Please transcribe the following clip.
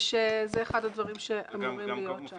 וזה אחד הדברים שאמורים להיות שם.